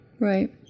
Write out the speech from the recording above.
Right